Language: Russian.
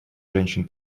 женщин